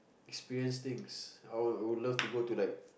experience things I would love to go to like